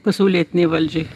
pasaulietinei valdžiai